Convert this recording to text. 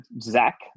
zach